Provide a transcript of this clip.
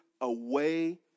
away